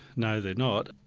no, they're not.